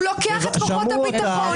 הוא לוקח את כוחות הביטחון